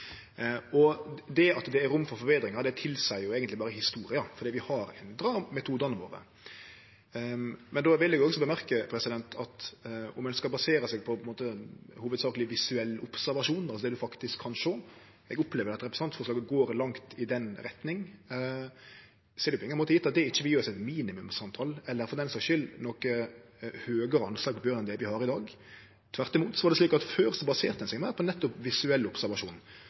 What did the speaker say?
Det at det er rom for forbetringar, tilseier eigentleg berre historia, for vi har endra metodane våre. Men då vil eg også seie at om ein skal basere seg på hovudsakleg visuell observasjon, det ein faktisk kan sjå – eg opplever at representantforslaget går langt i den retninga – er det på ingen måte gjeve at det ikkje vil gje oss eit minimumstal eller for den skyld noko høgare anslag på bjørn enn det vi har i dag. Tvert om var det slik at ein før baserte seg meir på nettopp visuell observasjon.